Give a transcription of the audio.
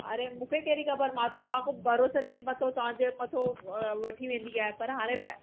अरे मुखे कैड़ी ख़बर मां त तव्हां खों भरोसे ते वतो तव्हांजे मथों वठी वेंदी आयां पर हाणे